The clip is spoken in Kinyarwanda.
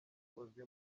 uzwi